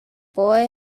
boy